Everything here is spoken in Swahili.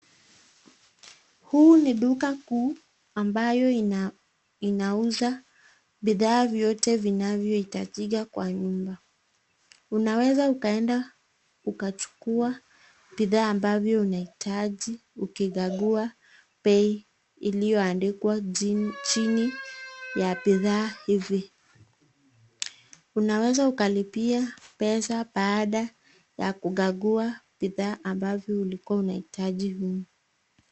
Huu ni duka kuu ambayo inauza bidhaa vyote vinavyo hitajika kwa nyumba. Unaweza ukaenda ukachukua bidhaa unavyohitaji ukikagua bei iliyoandikwa chini ya bidhaa hizi. Unaweza ukalipia pesa baada ya kukagua bidhaa ambavyo ulikuwa unahitaji humu.